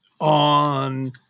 on